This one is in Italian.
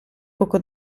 poco